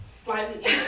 Slightly